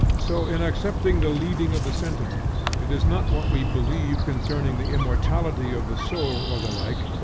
so in accepting the leading of the sentiments, it is not what we believe concerning the immortality of the soul or the like,